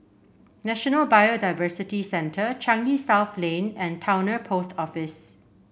National Biodiversity Centre Changi South Lane and Towner Post Office